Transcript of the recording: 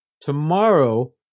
Tomorrow